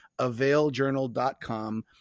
availjournal.com